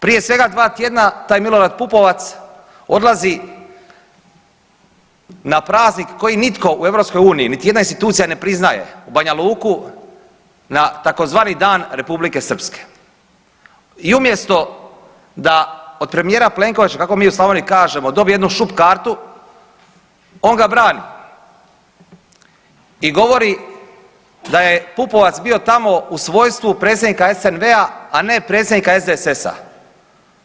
Prije svega dva tjedna taj Milorad Pupovac odlazi na praznik koji nitko u EU niti jedna institucija ne priznaje u Banja Luku na tzv. dan Republike Srpske i umjesto da od premijera Plenkovića, kako mi u Slavoniji kažemo dobije jednu šup kartu, on ga brani i govori da je Pupovac bio tamo u svojstvu predsjednika SNV-a, a ne predsjednika SDSS-a.